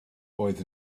oedd